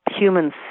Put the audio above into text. Humans